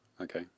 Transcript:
Okay